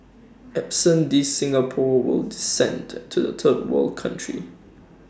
absent these Singapore will descend to A third world country